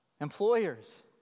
Employers